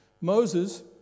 Moses